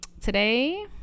Today